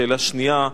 שאלה שנייה,